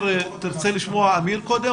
מציע שנשמע את אמיר מדינה,